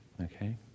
Okay